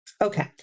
Okay